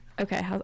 okay